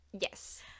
yes